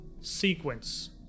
sequence